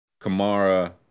Kamara